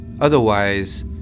Otherwise